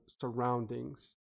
surroundings